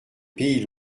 pays